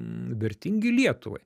vertingi lietuvai